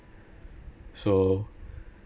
so